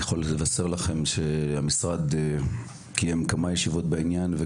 אני יכול לבשר לכם שהמשרד כבר קיים כמה ישיבות בעניין.